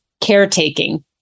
caretaking